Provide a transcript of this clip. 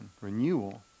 renewal